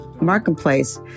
marketplace